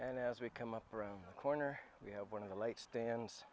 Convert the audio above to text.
and as we come up around the corner we have one of the lakes stands